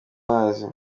mazi